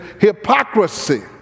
hypocrisy